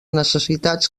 necessitats